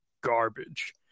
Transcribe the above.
Garbage